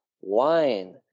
Wine